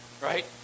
right